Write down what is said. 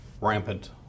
rampant